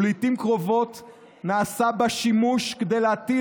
ולעיתים קרובות נעשה בה שימוש כדי להטיל